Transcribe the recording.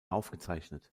aufgezeichnet